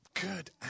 good